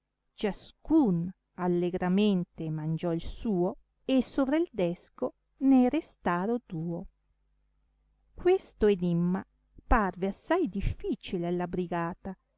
ciascun allegramente mangiò il suo e sovra il desco ne restaro duo questo enimma parve assai difficile alla brigata